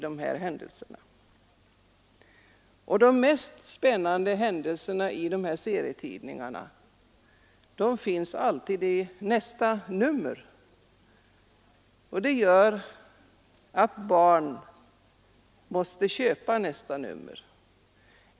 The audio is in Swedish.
Men de mest spännande händelserna kommer alltid i nästa nummer, och det gör att barnen måste köpa också det.